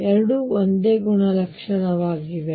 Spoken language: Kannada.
ಆದ್ದರಿಂದ ಎರಡೂ ಒಂದೇ ಗುಣಲಕ್ಷಣಗಳಾಗಿವೆ